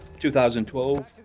2012